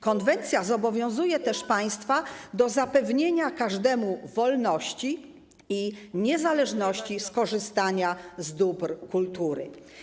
Konwencja zobowiązuje też państwa do zapewnienia każdemu wolności i niezależności w zakresie korzystania z dóbr kultury.